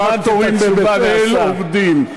את הטרקטורים בבית-אל עובדים.